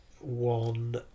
one